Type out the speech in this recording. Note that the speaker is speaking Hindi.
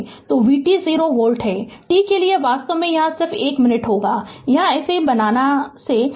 तो vt 0 वोल्ट है t के लिए वास्तव में यहां यह सिर्फ एक मिनट होगा यहाँ इसे बनना से t से कम होगा